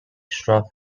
xtra